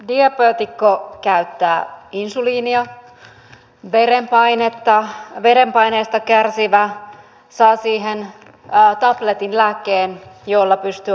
diabeetikko käyttää insuliinia verenpaineesta kärsivä saa siihen tabletin lääkkeen jolla pystyy alentamaan verenpainetta